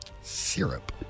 Syrup